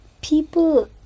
people